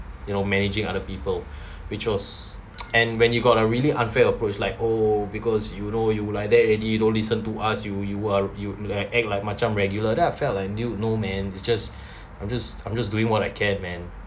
you know managing other people which was and when you got a really unfair approach like oh because you know you like that already don't listen to us you you are you act like macam regular then I felt like new no man it's just I'm just I'm just doing what I can man